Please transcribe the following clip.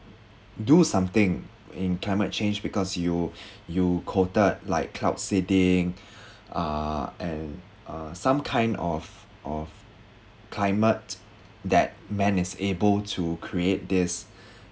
do something in climate change because you you quoted like cloud seeding uh and uh some kind of of climate that man is able to create this